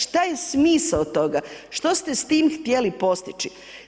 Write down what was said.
Šta je smisao toga, što ste s tim htjeli postići?